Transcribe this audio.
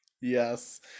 yes